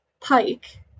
pike